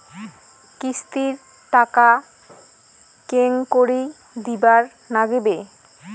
কিস্তির টাকা কেঙ্গকরি দিবার নাগীবে?